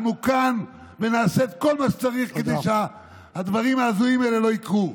אנחנו כאן ונעשה את כל מה שצריך כדי שהדברים ההזויים האלה לא יקרו.